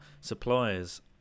suppliers